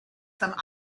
some